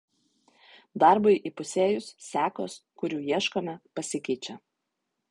darbui įpusėjus sekos kurių ieškome pasikeičia